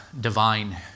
divine